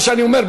מה שאני אומר,